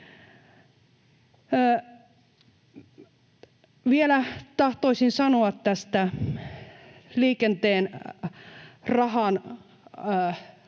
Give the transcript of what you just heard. Vielä tahtoisin sanoa tästä liikenteen rahasta,